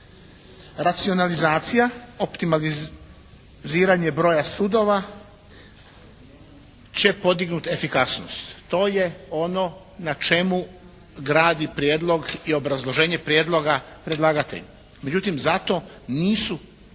Racionalizacija, optimaliziranje broja sudova će podignuti efikasnost. To je ono na čemu gradi prijedlog i obrazloženje prijedloga predlagatelj. Međutim, za to nisu